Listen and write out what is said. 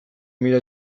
mila